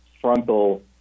frontal